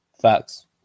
Facts